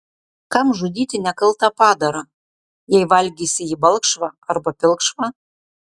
kam žudyti nekaltą padarą jei valgysi jį balkšvą arba pilkšvą